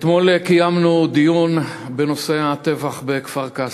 אתמול קיימנו דיון בנושא הטבח בכפר-קאסם.